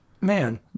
man